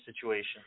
situation